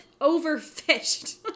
overfished